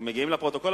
הם מגיעים לפרוטוקול,